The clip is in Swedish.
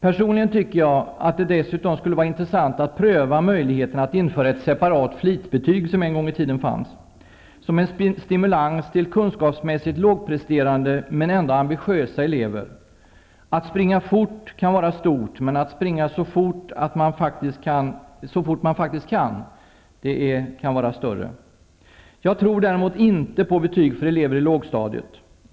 Personligen tycker jag att det dessutom skulle vara intressant att pröva möjligheten att införa ett separat flitbetyg, som en gång i tiden fanns, som en stimulans till kunskapsmässigt lågpresterande men ändå ambitiösa elever. Att springa fort kan vara stort, men att springa så fort man kan, kan vara större! Jag tror däremot inte på betyg för elever på lågstadiet.